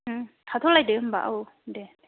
थाथ'लायदो होमबा औ दे